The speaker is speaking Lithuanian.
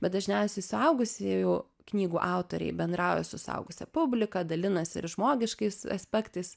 bet dažniausiai suaugusiųjų knygų autoriai bendrauja su suaugusia publika dalinasi ir žmogiškais aspektais